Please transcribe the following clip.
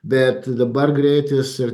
bet dabar greitis ir